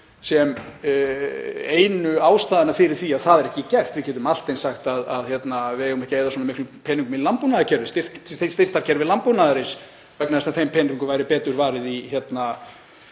sem einu ástæðuna fyrir því að það er ekki gert. Við getum allt eins sagt að við eigum ekki að eyða svona miklum peningum í landbúnaðarkerfið, styrktarkerfi landbúnaðarins, vegna þess að þeim peningum væri betur varið í